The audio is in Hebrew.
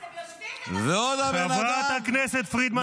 , הוא מדבר על המשתמטים.